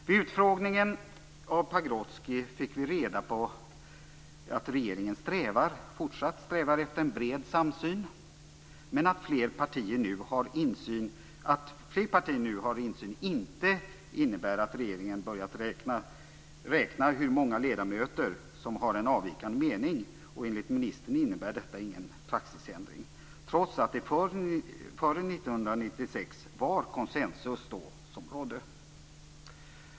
Vid utfrågningen av Pagrotsky fick vi reda på att regeringen fortsatt strävar efter en bred samsyn, men att det faktum att fler partier nu har insyn inte innebär att regeringen börjat räkna hur många ledamöter som har en avvikande mening. Enligt ministern innebär detta ingen praxisändring, trots att det före 1996 var konsensus som rådde.